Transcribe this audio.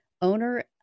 owner